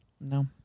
no